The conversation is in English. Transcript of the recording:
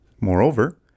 Moreover